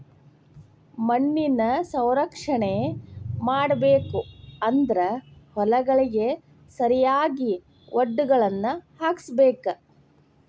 ಮಣ್ಣಿನ ಸಂರಕ್ಷಣೆ ಮಾಡಬೇಕು ಅಂದ್ರ ಹೊಲಗಳಿಗೆ ಸರಿಯಾಗಿ ವಡ್ಡುಗಳನ್ನಾ ಹಾಕ್ಸಬೇಕ